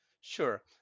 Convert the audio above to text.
Sure